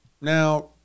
Now